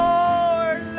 Lord